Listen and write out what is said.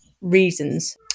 reasons